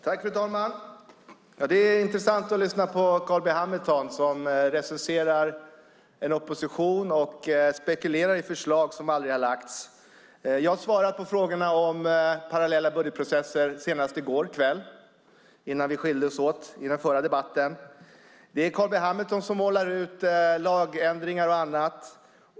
Fru talman! Det är intressant att lyssna på Carl B Hamilton när han recenserar oppositionen och spekulerar i förslag som aldrig har lagts fram. Jag svarade på frågorna om parallella budgetprocesser senast i går kväll, innan vi skildes åt i den förra debatten. Det är Carl B Hamilton som målar ut lagändringar och annat.